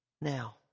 Now